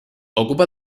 ocupa